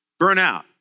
burnout